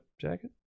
jacket